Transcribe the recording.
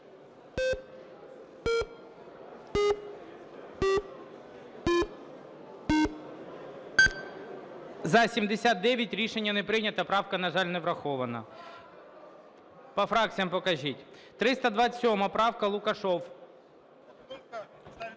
За-79 Рішення не прийнято. Правка, на жаль, не врахована. По фракціях покажіть. 327 правка, Лукашев.